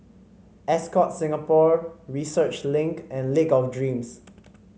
Ascott Singapore Research Link and Lake of Dreams